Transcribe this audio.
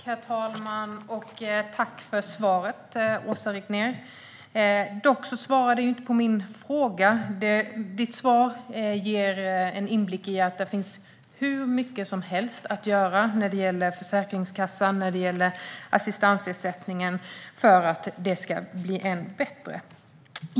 Herr talman! Tack för svaret, Åsa Regnér! Dock svarade du inte på min fråga. Ditt svar ger en inblick i att det finns hur mycket som helst att göra när det gäller Försäkringskassan och assistansersättningen för att det ska bli bättre.